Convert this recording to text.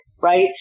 right